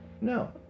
No